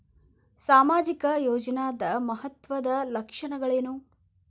ಸಾಮಾಜಿಕ ಯೋಜನಾದ ಮಹತ್ವದ್ದ ಲಕ್ಷಣಗಳೇನು?